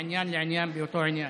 מעניין לעניין באותו עניין.